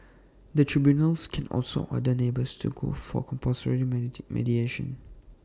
the tribunals can also order neighbours to go for compulsory tee mediation